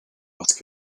ask